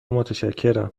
متشکرم